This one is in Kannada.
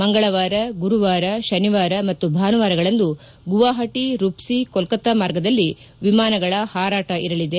ಮಂಗಳವಾರ ಗುರುವಾರ ಶನಿವಾರ ಮತ್ತು ಭಾನುವಾರಗಳಂದು ಗುವಾಹಟಿ ರುಪ್ತಿ ಕೋಲ್ಲತಾ ಮಾರ್ಗದಲ್ಲಿ ವಿಮಾನಗಳ ಹಾರಾಟ ಇರಲಿದೆ